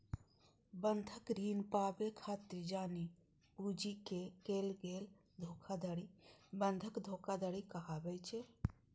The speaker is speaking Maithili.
बंधक ऋण पाबै खातिर जानि बूझि कें कैल गेल धोखाधड़ी बंधक धोखाधड़ी कहाबै छै